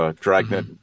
Dragnet